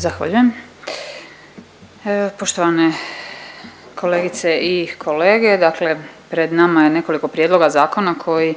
Zahvaljujem. Poštovane kolegice i kolege, dakle pred nama je nekoliko prijedloga zakona koji